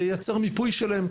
וייצר מיפוי שלהם,